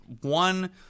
one –